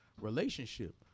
relationship